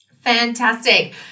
Fantastic